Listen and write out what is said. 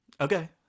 Okay